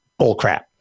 bullcrap